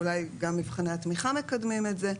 אולי גם מבחני התמיכה מקדמים את זה,